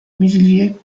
mais